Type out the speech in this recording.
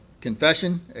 confession